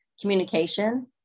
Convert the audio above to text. communication